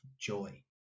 joy